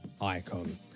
icon